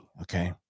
okay